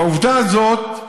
והעובדה הזאת,